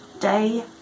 day